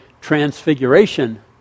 Transfiguration